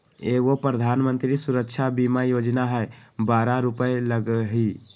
एगो प्रधानमंत्री सुरक्षा बीमा योजना है बारह रु लगहई?